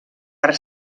per